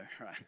right